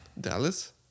Dallas